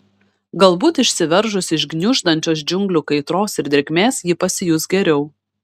galbūt išsiveržusi iš gniuždančios džiunglių kaitros ir drėgmės ji pasijus geriau